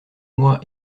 moi